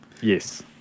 yes